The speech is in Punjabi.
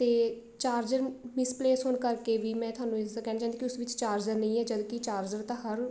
ਅਤੇ ਚਾਰਜਰ ਮਿਸਪਲੇਸ ਹੋਣ ਕਰਕੇ ਵੀ ਮੈਂ ਤੁਹਾਨੂੰ ਇਸਦਾ ਕਹਿਣਾ ਚਾਹੁੰਦੀ ਕਿ ਉਸ ਵਿੱਚ ਚਾਰਜਰ ਨਹੀਂ ਹੈ ਜਦਕਿ ਚਾਰਜਰ ਤਾਂ ਹਰ